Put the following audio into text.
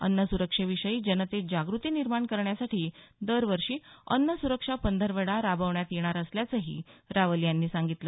अन्न सुरक्षेविषयी जनतेत जागृती निर्माण करण्यासाठी दरवर्षी अन्न सुरक्षा पंधरवडा राबवण्यात येणार असल्याचंही रावल यांनी सांगितलं